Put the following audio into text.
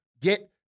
get